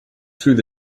through